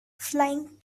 flying